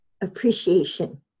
appreciation